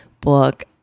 book